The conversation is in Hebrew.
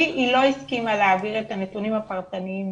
לי היא לא הסכימה להעביר את הנתונים הפרטניים